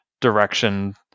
direction